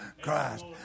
Christ